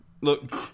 Look